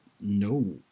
No